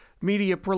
media